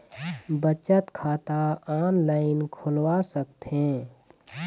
बचत खाता ऑनलाइन खोलवा सकथें?